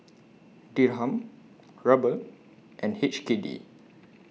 Dirham Ruble and H K D